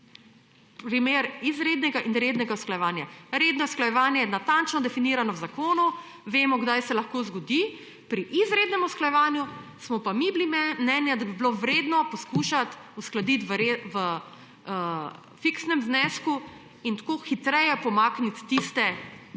primer izrednega in rednega usklajevanja. Redno usklajevanje je natančno definirano v zakonu, vemo, kdaj se lahko zgodi. Pri izrednem usklajevanju pa smo mi bili mnenja, da bi bilo vredno poskušati uskladiti v fiksnem znesku in tako hitreje pomakniti tiste pod